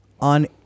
On